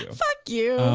fuck you.